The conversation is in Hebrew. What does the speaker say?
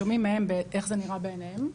שומעים מהם איך זה נראה בעיניהם.